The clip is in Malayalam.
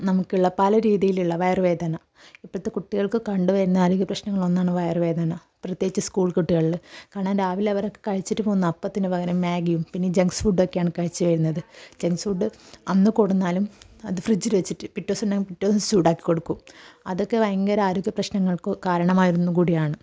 നമുക്കുള്ള പല രീതിയിലുള്ള വയറു വേദന ഇപ്പോഴത്തെ കുട്ടികൾക്ക് കണ്ടുവരുന്ന ആരോഗ്യ പ്രശ്നങ്ങളിൽ ഒന്നാണ് വയറു വേദന പ്രത്യേകിച്ച് സ്കൂൾ കുട്ടികളിൽ കാരണം രാവിലെ അവരൊക്കെ കഴിച്ചിട്ട് പോകുന്ന അപ്പത്തിനു പകരം മാഗിയും പിന്നെ ജംഗ്സ് ഫുഡൊക്കെയാണ് കഴിച്ചു വരുന്നത് ജംഗ്സ് ഫുഡ് അന്ന് കൊണ്ടു വന്നാലും അത് ഫ്രിഡ്ജിൽ വെച്ചിട്ട് പിറ്റേ ദിവസം ഉണ്ടെങ്കിൽ പിറ്റേ ദിവസം ചൂടാക്കി കൊടുക്കും അതൊക്കെ ഭയങ്കര ആരോഗ്യ പ്രശ്നങ്ങൾക്കും കാരണമായിരുന്നതും കൂടിയാണ്